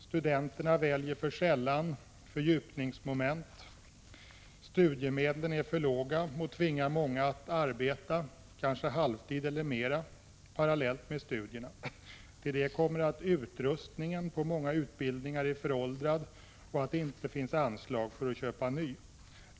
Studenterna väljer för sällan fördjupningsmoment, studiemedlen är för låga och tvingar många att arbeta kanske halvtid eller mera parallellt med studierna. Till det kommer att utrustningen på många institutioner är föråldrad och att det inte finns anslag för att köpa ny.